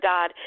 God